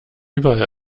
überall